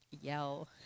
yell